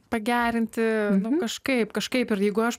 pagerinti kažkaip kažkaip ir jeigu aš